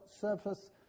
surface